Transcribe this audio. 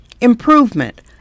improvement